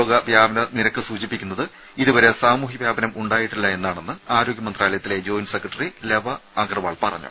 രോഗവ്യാപന നിരക്ക് സൂചിപ്പിക്കുന്നത് ഇതുവരെ സാമൂഹ്യ വ്യാപനം ഉണ്ടായിട്ടില്ല എന്നാണെന്ന് ആരോഗ്യമന്ത്രാലയത്തിലെ ജോയിന്റ് സെക്രട്ടറി ലവ അഗർവാൾ പറഞ്ഞു